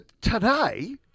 Today